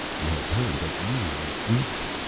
i have heard that you eat meat.